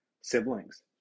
siblings